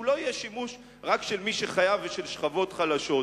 שהוא לא יהיה שימוש רק של מי שחייב ושל שכבות חלשות.